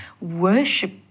worship